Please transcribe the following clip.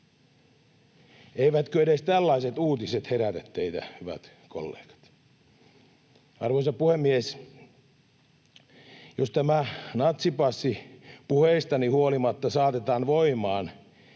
Eivätkö edes tällaiset uutiset herätä teitä, hyvät kollegat? Arvoisa puhemies! Jos tämä natsipassi puheistani huolimatta saatetaan voimaan,